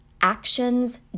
actions